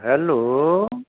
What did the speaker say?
hello